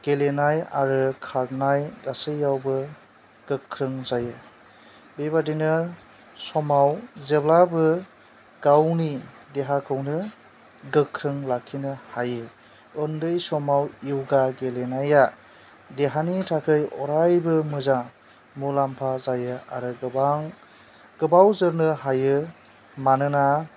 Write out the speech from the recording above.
गेलेनाय आरो खारनाय गासैयावबो गोख्रों जायो बेबायदिनो समाव जेब्लाबो गावनि देहाखौनो गोख्रों लाखिनो हायो उन्दै समाव यगा गेलेनाया देहानि थाखाय अरायबो मोजां मुलाम्फा जायो आरो गोबां गोबाव जोरनो हायो मानोना